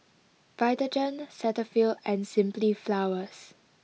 Vitagen Cetaphil and Simply Flowers